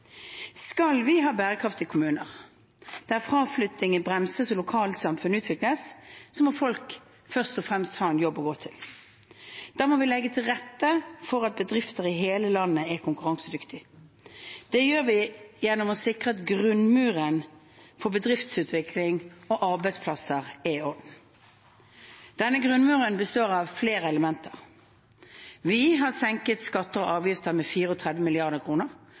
Skal vi ha bærekraftige kommuner, der fraflyttingen bremses og lokalsamfunn utvikles, må folk først og fremst ha en jobb å gå til. Da må vi legge til rette for at bedrifter i hele landet er konkurransedyktige. Det gjør vi gjennom å sikre at grunnmuren for bedriftsutvikling og arbeidsplasser er i orden. Denne grunnmuren består av flere elementer. Vi har senket skatter og avgifter med